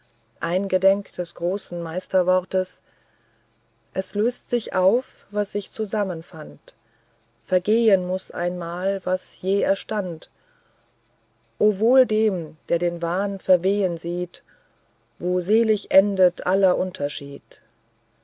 eingedenk des großen meisterwortes es löst sich auf was sich zusammenfand vergehen muß einmal was je erstand o wohl dem der den wahn verwehen sieht wo selig endet aller unterschied